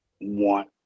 want